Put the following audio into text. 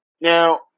Now